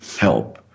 help